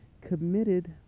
committed